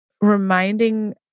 reminding